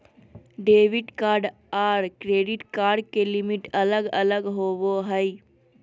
debit card आर credit card के limit अलग अलग होवो हय